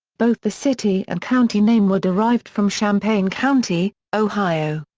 both the city and county name were derived from champaign county, ohio.